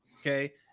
Okay